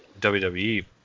WWE